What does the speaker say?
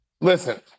Listen